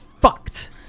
fucked